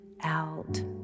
out